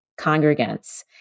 congregants